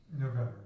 November